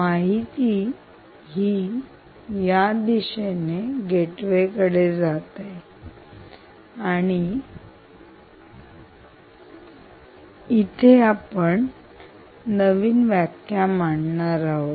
माहिती ही या दिशेने गेटवे कडे जात आहे आणि त्या पण इथे आपण नवीन व्याख्या मांडणार आहोत